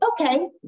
okay